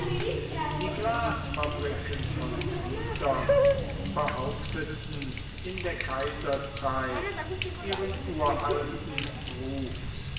die glasfabriken von sidon behaupteten in der kaiserzeit ihren uralten ruf